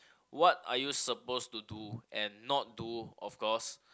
what are you supposed to do and not do of course